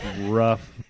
rough